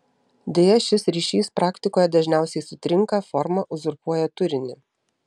deja šis ryšys praktikoje dažniausiai sutrinka forma uzurpuoja turinį